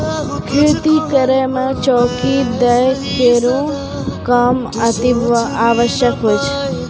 खेती करै म चौकी दै केरो काम अतिआवश्यक होय छै